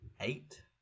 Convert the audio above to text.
eight